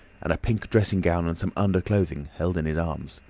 and a pink dressing-gown and some underclothing held in his arms.